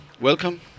welcome